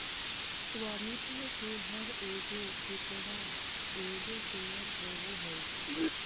स्वामित्व के हर एगो टुकड़ा एगो शेयर होबो हइ